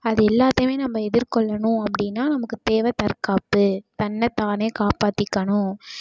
அது எல்லாத்தையுமே நம்ம எதிர் கொள்ளணும் அப்படின்னா நமக்குத் தேவை தற்காப்பு தன்னைத் தானே காப்பாற்றிக்கணும்